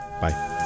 Bye